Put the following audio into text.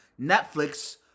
Netflix